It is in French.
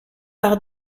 par